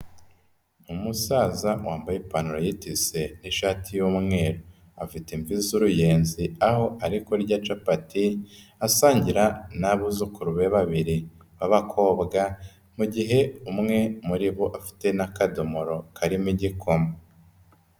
Umusaza wambaye ipantaro y'itise n'ishati y'umweru, afite imvi z'uruyenzi, aho ari kurya capati asangira n'abuzukuru be babiri b'abakobwa, mu gihe umwe muri bo afite n'akadomoro karimo igikoma.